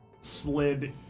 slid